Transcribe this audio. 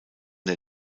der